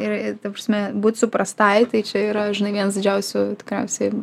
ir ta prasme būt suprastai tai čia yra žinai vienas didžiausių tikriausiai